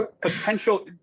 potential